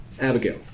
Abigail